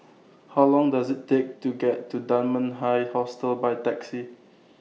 How Long Does IT Take to get to Dunman High Hostel By Taxi